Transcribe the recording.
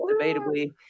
debatably